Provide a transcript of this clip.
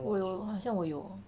我有好像我有